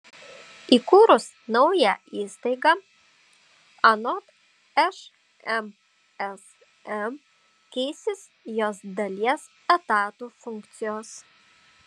įkūrus naują įstaigą anot šmsm keisis jos dalies etatų funkcijos